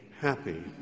happy